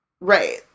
Right